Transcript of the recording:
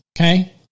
okay